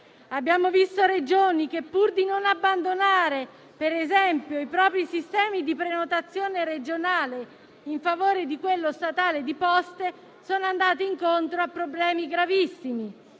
Abbiamo visto Regioni che, pur di non abbandonare i propri sistemi di prenotazione regionale in favore di quello statale di Poste Italiane, sono andate incontro a problemi gravissimi.